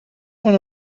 one